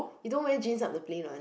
you don't wear jeans up the plane one